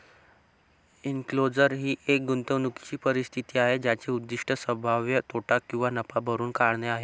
enclosure ही एक गुंतवणूकीची परिस्थिती आहे ज्याचे उद्दीष्ट संभाव्य तोटा किंवा नफा भरून काढणे आहे